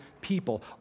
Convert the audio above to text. people